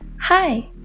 Hi